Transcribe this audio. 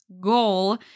goal